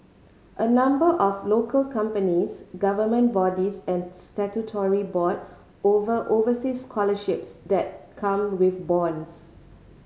a number of local companies government bodies and statutory board offer overseas scholarships that come with bonds